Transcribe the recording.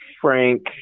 Frank